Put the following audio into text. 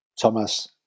Thomas